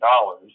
dollars